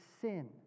sin